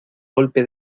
golpe